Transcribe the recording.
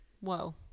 whoa